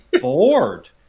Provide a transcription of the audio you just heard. bored